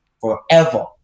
forever